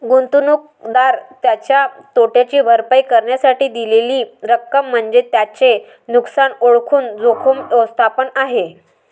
गुंतवणूकदार त्याच्या तोट्याची भरपाई करण्यासाठी दिलेली रक्कम म्हणजे त्याचे नुकसान ओळखून जोखीम व्यवस्थापन आहे